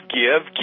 give